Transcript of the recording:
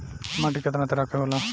माटी केतना तरह के होला?